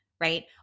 right